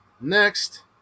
next